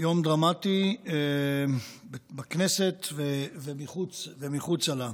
יום דרמטי בכנסת ומחוצה לה.